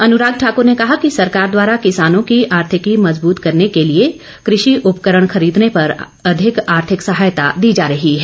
अनुराग ठाक्र ने कहा कि सरकार द्वारा किसानों की आर्थिकी मजबूत करने के लिए कृषि उपकरण खरीदने पर अधिक आर्थिक सहायता दी जा रही है